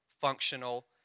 functional